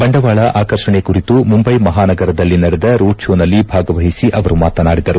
ಬಂಡವಾಳ ಆಕರ್ಷಣೆ ಕುರಿತು ಮುಂಬೈ ಮಹಾನಗರದಲ್ಲಿ ನಡೆದ ರೋಡ್ ಕೋನಲ್ಲಿ ಭಾಗವಹಿಸಿ ಅವರು ಮಾತನಾಡಿದರು